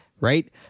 right